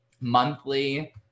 monthly